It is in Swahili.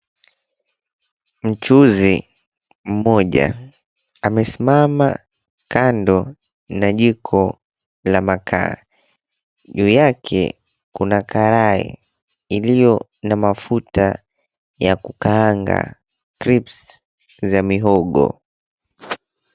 Mchuuzi mmoja amesimama kando na jiko la makaa. Juu yake kuna karai iliyo na mafuta ya kukaanga crisps za muhogo.